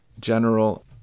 General